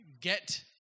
get